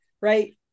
right